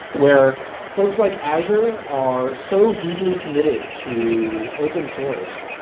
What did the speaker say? where folks like azure are so deeply committed to open source,